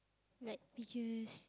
like pictures